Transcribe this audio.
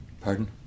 Pardon